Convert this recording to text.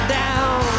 down